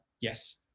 Yes